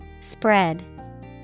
Spread